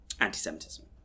Anti-Semitism